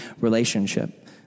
relationship